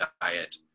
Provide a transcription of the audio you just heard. diet